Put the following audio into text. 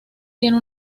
tiene